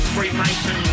Freemason